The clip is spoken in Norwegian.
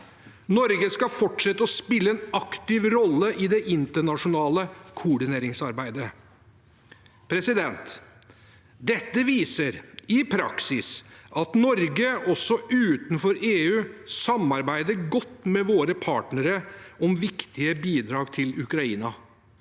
Norge skal fortsette å spille en aktiv rolle i det internasjonale koordineringsarbeidet. Dette viser i praksis at Norge også utenfor EU samarbeider godt med våre partnere om viktige bidrag til Ukraina.